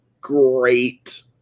great